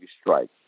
strike